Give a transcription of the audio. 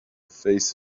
face